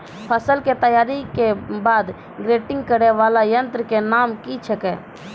फसल के तैयारी के बाद ग्रेडिंग करै वाला यंत्र के नाम की छेकै?